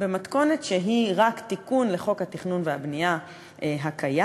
במתכונת שהיא רק תיקון לחוק התכנון והבנייה הקיים.